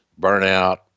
burnout